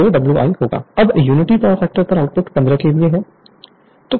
Refer Slide Time 3137 अब unity power factor पर output 15 KVA है